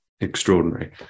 extraordinary